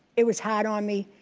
it was hard on me.